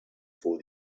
for